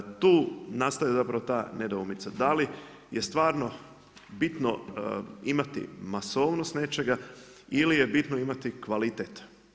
Tu nastaje ta nedoumica, da li je stvarno bitno imati masovnost nečega ili je bitno imati kvalitet.